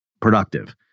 productive